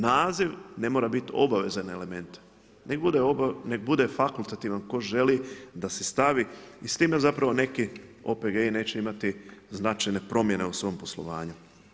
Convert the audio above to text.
Naziv ne mora biti obavezan element, neka bude fakultativno tko želi da se stavi i s time zapravo neki OPG-ovi neće imati značajne promjene u svom poslovanju.